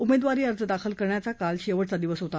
उमेदवारी अर्ज दाखल करण्याचा काल शेवटचा दिवस होता